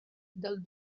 del